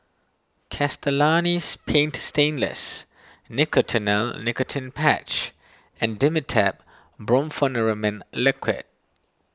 Castellani's Paint Stainless Nicotinell Nicotine Patch and Dimetapp Brompheniramine Liquid